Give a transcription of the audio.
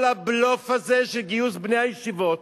כל הבלוף הזה של גיוס בני הישיבות,